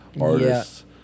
artists